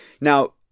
Now